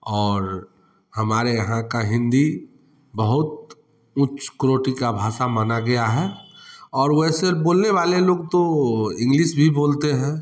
और हमारे यहाँ का हिंदी बहुत उच्च कोटि का भाषा माना गया है और वैसे बोलने वाले लोग तो इंग्लिस भी बोलते हैं